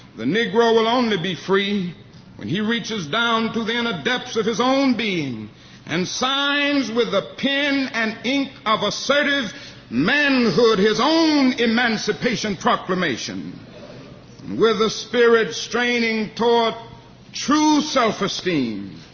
the negro will only be free when he reaches down to the inner depths of his own being and signs with the pen and ink of assertive manhood his own emancipation proclamation. and with a spirit straining toward true self-esteem,